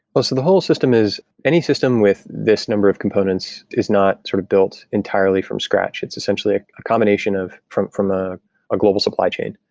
ah so the whole system is any system with this number of components is not sort of built entirely from scratch. it's essentially a combination from from ah a global supply chain.